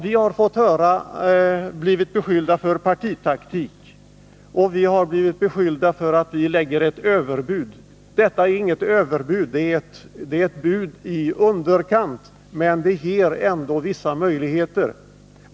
Vi har blivit beskyllda för att driva partitaktik. Vi har också blivit beskyllda för att lägga överbud. Detta är inget överbud. Det är ett bud i underkant, men det ger ändå vissa möjligheter.